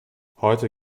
heute